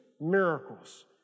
miracles